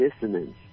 dissonance